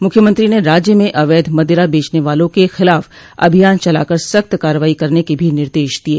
मूख्यमंत्री ने राज्य में अवैध मदिरा बेचने वालों के खिलाफ अभियान चला कर सख्त कार्रवाई करने के भी निर्देश दिये